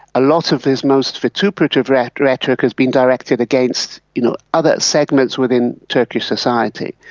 lot of his most vituperative rhetoric rhetoric has been directed against you know other segments within turkish society,